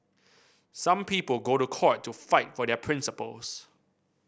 some people go to court to fight for their principles